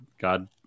God